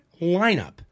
lineup